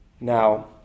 Now